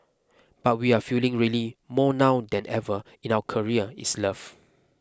but we are feeling really more now than ever in our career is love